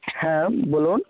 হ্যাঁ বলুন